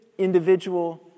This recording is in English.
individual